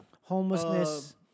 homelessness